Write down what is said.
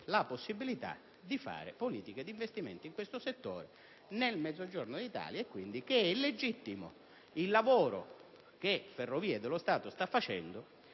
la possibilità di portare avanti politiche di investimento in questo settore nel Mezzogiorno d'Italia, che è legittimo il lavoro che Ferrovie dello Stato sta facendo